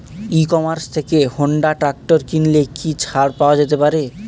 ই commerce থেকে Honda tractor কিনলে কি ছাড় পাওয়া যেতে পারে?